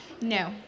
No